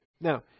now